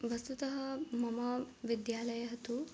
वस्तुतः मम विद्यालयः तु